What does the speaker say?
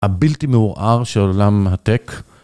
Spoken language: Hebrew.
הבלתי מעורער של עולם הטק